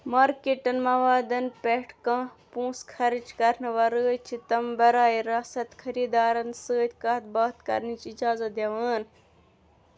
marketing موادَن پٮ۪ٹھ کانٛہہ پۄنٛسہٕ خرٕچ کرنہٕ ورٲے چھِ تِم براہِ راست خٔریٖدارَن سۭتۍ کَتھ باتھ کرنٕچ اِجازَت دِوان